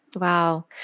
Wow